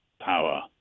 power